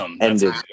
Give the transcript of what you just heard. ended